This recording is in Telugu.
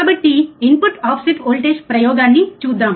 కాబట్టి ఇన్పుట్ ఆఫ్సెట్ వోల్టేజ్ ప్రయోగాన్ని చూద్దాం